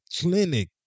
clinic